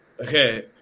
Okay